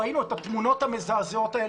ראינו את התמונות המזעזעות האלה,